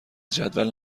جدول